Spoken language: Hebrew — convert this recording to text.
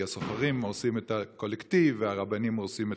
כי הסוחרים הורסים את הקולקטיב והרבנים הורסים את,